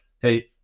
hey